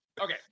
Okay